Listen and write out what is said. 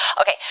Okay